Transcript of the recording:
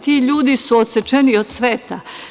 Ti ljudi su odsečeni od sveta.